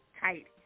tight